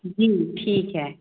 जी ठीक है